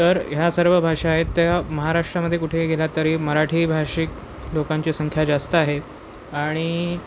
तर ह्या सर्व भाषा आहेत त्या महाराष्ट्रामध्ये कुठेही गेलात तरी मराठीभाषिक लोकांची संख्या जास्त आहे आणि